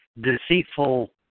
deceitful